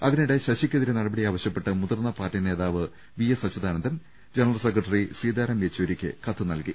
അതിനിടെ ശശിക്കെതിരെ നടപടിയാവശ്യപ്പെട്ട് മുതിർന്ന പാർട്ടി നേതാവ് വി എസ് അച്യുതാനന്ദൻ ജനറൽ സെക്രട്ടറി സീതാറാം യെച്ചൂരിക്ക് കത്തു നൽകി